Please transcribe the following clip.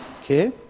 Okay